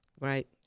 Right